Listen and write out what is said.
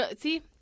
See